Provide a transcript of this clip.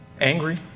angry